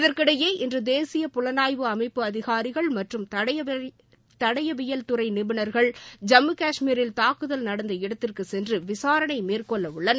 இதற்கிடையே இன்று தேசிய புலனாய்வு அமைப்பு அதிகாரிகள் மற்றும் தடயவியல்துறை நிபுணர்கள் ஜம்மு காஷ்மீரில் தாக்குதல் நடந்த இடத்திற்கு சென்று விசாரணை மேற்கொள்ள உள்ளனர்